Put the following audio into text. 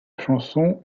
chanson